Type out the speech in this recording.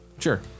Sure